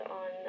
on